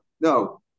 No